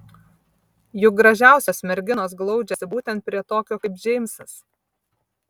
juk gražiausios merginos glaudžiasi būtent prie tokio kaip džeimsas